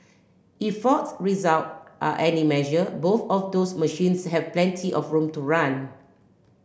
if Ford's result are any measure both of those machines have plenty of room to run